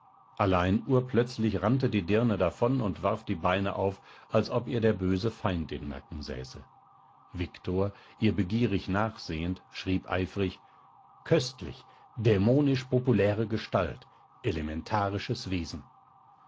allein urplötzlich rannte die dirne davon und warf die beine auf als ob ihr der böse feind im nacken säße viktor ihr begierig nachsehend schrieb eifrig köstlich dämonisch populäre gestalt elementarisches wesen